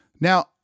Now